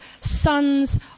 sons